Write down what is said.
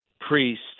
Priest